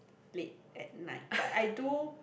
late at night but I do